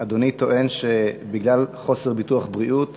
אדוני טוען שבגלל חוסר ביטוח בריאות